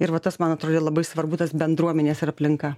ir va tas man atrodė labai svarbu tos bendruomenės ir aplinka